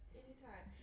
anytime